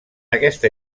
aquesta